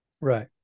Right